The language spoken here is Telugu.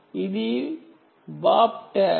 ఇది బాప్ ట్యాగ్